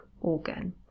organ